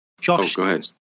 Josh